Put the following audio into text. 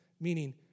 meaning